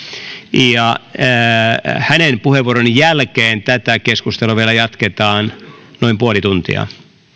ja hänen puheenvuoronsa jälkeen tätä keskustelua vielä jatketaan noin puoli tuntia